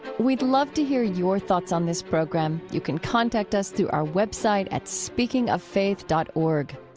we'd love to hear your thoughts on this program. you can contact us through our website at speakingoffaith dot org.